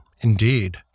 indeed